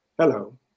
Hello